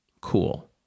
cool